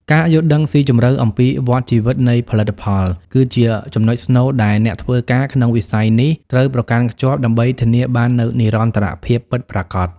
ការយល់ដឹងស៊ីជម្រៅអំពីវដ្ដជីវិតនៃផលិតផល គឺជាចំណុចស្នូលដែលអ្នកធ្វើការក្នុងវិស័យនេះត្រូវប្រកាន់ខ្ជាប់ ដើម្បីធានាបាននូវនិរន្តរភាពពិតប្រាកដ។